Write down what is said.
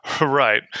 Right